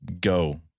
Go